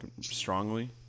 strongly